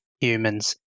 humans